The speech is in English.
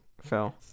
fell